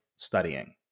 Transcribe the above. studying